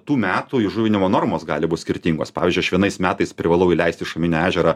tų metų įžuvinimo normos gali būt skirtingos pavyzdžiui aš vienais metais privalau įleist į šuminį ežerą